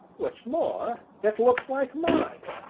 what's more, it looks like mine!